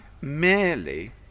merely